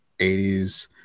80s